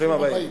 ברוכים הבאים.